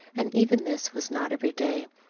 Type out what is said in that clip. and even this was not every day,